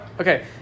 Okay